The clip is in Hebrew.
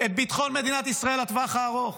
את ביטחון מדינת ישראל לטווח הארוך.